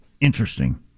Interesting